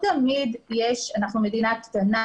אנחנו מדינה קטנה,